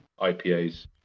IPAs